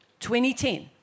2010